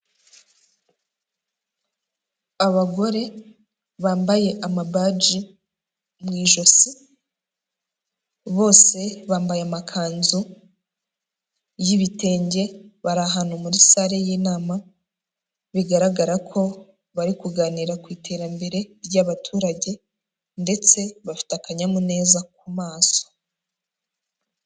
Abagore bambaye amabaji mu ijosi, bose bambaye amakanzu y'ibitenge bari ahantu muri sale y'inama, bigaragara ko bari kuganira ku iterambere ry'abaturage ndetse bafite akanyamuneza ku maso.